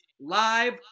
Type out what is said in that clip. live